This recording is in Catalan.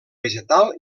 vegetal